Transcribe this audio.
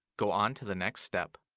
go on to the next step.